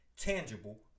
tangible